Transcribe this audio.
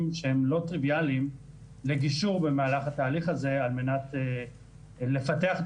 שהם לא טריוויאליים לגישור במהלך התהליך הזה על מנת לפתח את